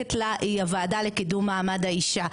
המובהקת לה היא הוועדה לקידום מעמד האישה.